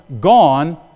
gone